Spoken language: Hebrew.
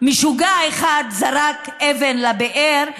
משוגע אחד זרק אבן לבאר,